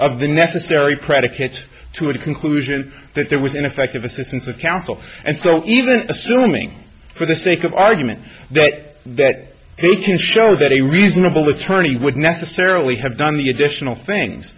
of the necessary predicates to a conclusion that there was ineffective assistance of counsel and so even assuming for the sake of argument that they can show that a reasonable attorney would necessarily have done the additional things